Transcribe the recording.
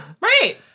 Right